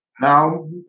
Now